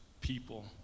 people